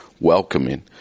welcoming